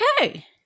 okay